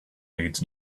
needs